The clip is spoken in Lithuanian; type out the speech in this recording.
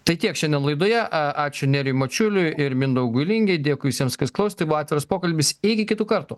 tai tiek šiandien laidoje ačiū nerijui mačiuliui ir mindaugui lingei dėkui visiems kas klausė tai buvo atviras pokalbis iki kitų kartų